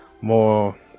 More